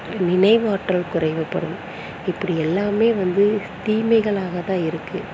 நினைவாற்றல் குறைப்படும் இப்படி எல்லாம் வந்து தீமைகளாக தான் இருக்குது